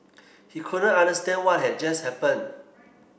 he couldn't understand what had just happened